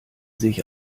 sich